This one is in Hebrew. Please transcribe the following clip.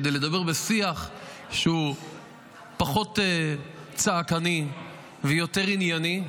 כדי לדבר בשיח פחות צעקני ויותר ענייני.